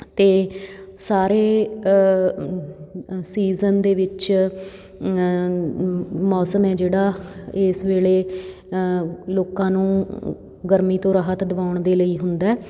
ਅਤੇ ਸਾਰੇ ਸੀਜ਼ਨ ਦੇ ਵਿੱਚ ਮੌਸਮ ਹੈ ਜਿਹੜਾ ਇਸ ਵੇਲੇ ਲੋਕਾਂ ਨੂੰ ਗਰਮੀ ਤੋਂ ਰਾਹਤ ਦਿਵਾਉਣ ਦੇ ਲਈ ਹੁੰਦਾ